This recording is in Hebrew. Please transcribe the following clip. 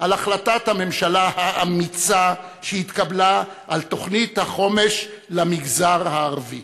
על החלטת הממשלה האמיצה שהתקבלה על תוכנית החומש למגזר הערבי.